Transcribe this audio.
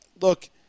look